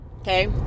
Okay